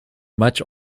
much